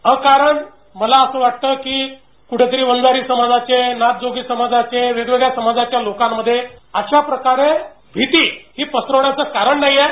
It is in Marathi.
अकारण मला असं वाटतं की कुठेतरी वंजारी समाजाचे नाधजोगी समाजाचे वेगवेगळ्या समाजाच्या लोकांमध्ये अशा प्रकारे भीती ही पसरवण्याचं कारण नाहीये